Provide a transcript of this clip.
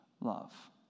love